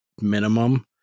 minimum